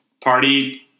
party